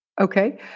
Okay